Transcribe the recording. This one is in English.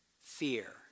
fear